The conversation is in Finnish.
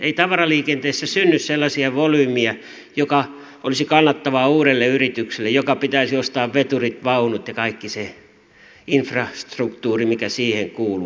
ei tavaraliikenteessä synny sellaisia volyymeja jotka olisivat kannattavia uudelle yritykselle jonka pitäisi ostaa veturit vaunut ja kaikki se infrastruktuuri mikä siihen kuuluu